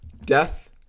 death